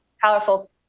powerful